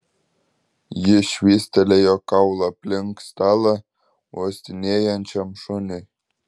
ji švystelėjo kaulą aplink stalą uostinėjančiam šuniui